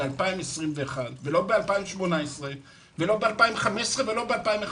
ב-2021 ולא ב-2018 ולא ב-2011,